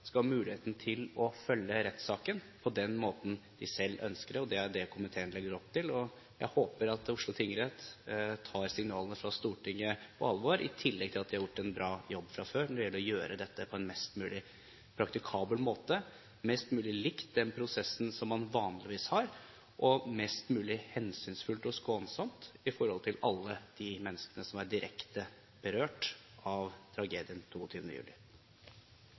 skal ha muligheten til å følge rettssaken på den måten de selv ønsker. Det er det komiteen legger opp til, og jeg håper at Oslo tingrett tar signalene fra Stortinget på alvor – i tillegg til at de har gjort en bra jobb fra før når det gjelder å gjøre dette på en mest mulig praktikabel måte, mest mulig likt den prosessen man vanligvis har, og mest mulig hensynsfullt og skånsomt for alle de menneskene som er direkte berørt av tragedien 22. juli.